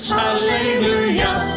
hallelujah